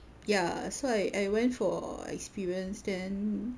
ya so I I went for experience then